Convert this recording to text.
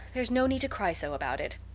there's no need to cry so about it.